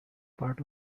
part